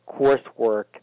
coursework